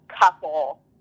couple